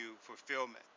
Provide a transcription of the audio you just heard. fulfillment